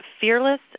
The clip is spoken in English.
Fearless